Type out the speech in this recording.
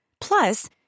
Plus